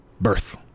birth